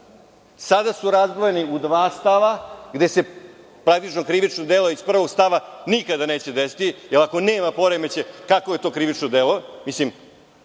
Sada su razdvojeni u dva stava gde se praktično krivično delo iz prvog stava nikada neće desiti, jer ako nema poremećaj kakvo je to krivično delo u